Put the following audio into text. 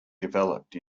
developed